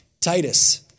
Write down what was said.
Titus